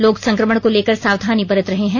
लोग संक्रमण को लेकर सावधानी बरत रहे हैं